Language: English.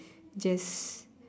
just